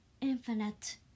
infinite